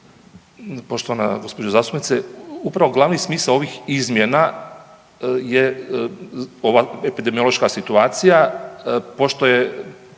Poštovana gđo. zastupnice, upravo glavni smisao ovih izmjena je ova epidemiološka situacija pošto je